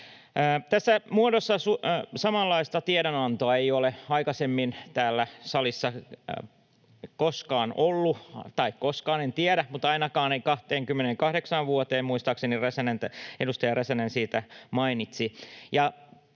Tässä muodossa samanlaista tiedonantoa ei ole aikaisemmin täällä salissa koskaan ollut — tai en tiedä, onko koskaan, mutta ainakaan ei 28 vuoteen, muistaakseni edustaja Räsänen siitä mainitsi.